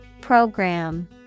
Program